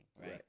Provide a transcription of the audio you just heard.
right